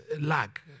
lag